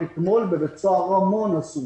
רק אתמול בבית סוהר רמון עשו,